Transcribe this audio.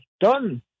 done